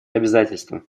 обязательства